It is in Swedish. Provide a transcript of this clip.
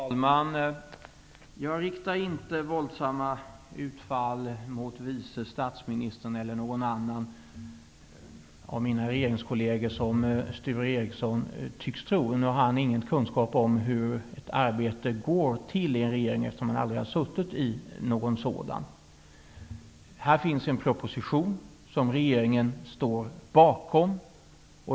Fru talman! Jag riktar inte våldsamma utfall mot vice statsministern eller någon annan av mina regeringskolleger, vilket Sture Ericson tycks tro. Han har ingen kunskap om hur arbetet går till i en regering, eftersom han aldrig har suttit i någon sådan. Det finns en proposition som regeringen står bakom.